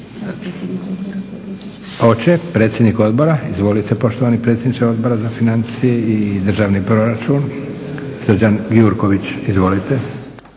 Hoće, predsjednik odbora. Izvolite, poštovani predsjedniče Odbora za financije i državni proračun. Srđan Gjurković, izvolite.